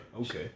Okay